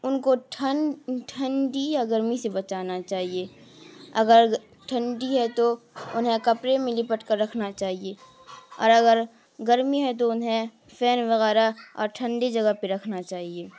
ان کو ٹھنڈ ٹھنڈی یا گرمی سے بچانا چاہیے اگر ٹھنڈی ہے تو انہیں کپڑے میں لپٹ کر رکھنا چاہیے اور اگر گرمی ہے تو انہیں فین وغیرہ اور ٹھنڈی جگہ پہ رکھنا چاہیے